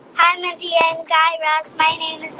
hi, mindy and guy raz. my name